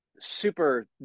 super